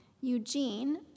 Eugene